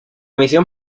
misión